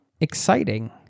exciting